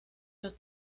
los